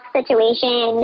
situation